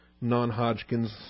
non-Hodgkin's